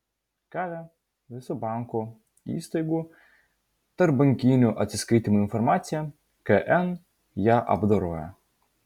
gavę visų bankų įstaigų tarpbankinių atsiskaitymų informaciją kn ją apdoroja